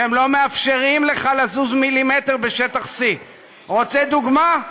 שהם לא מאפשרים לך לזוז מילימטר בשטח C. רוצה דוגמה?